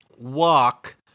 walk